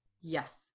Yes